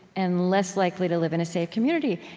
and less likely to live in a safe community.